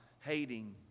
hating